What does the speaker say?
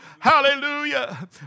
Hallelujah